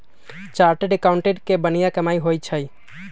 chartered accountant के बनिहा कमाई होई छई